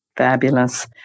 fabulous